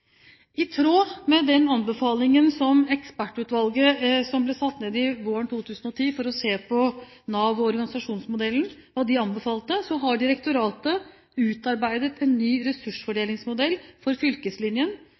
I tråd med anbefalingen til ekspertutvalget som ble satt ned våren 2010 for å se på Nav og organisasjonsmodellen, har direktoratet utarbeidet en ny